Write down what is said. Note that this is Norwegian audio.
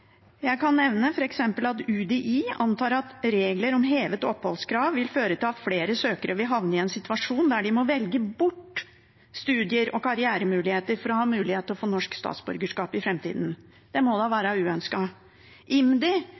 Jeg kan nevne at f.eks. UDI «antar at regler om hevet oppholdstidskrav vil føre til at flere søkere vil havne i en situasjon der de må velge bort studie- og karrieremuligheter for å ha mulighet til å få norsk statsborgerskap i framtiden». Det må da være uønsket. IMDi,